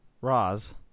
Roz